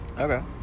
okay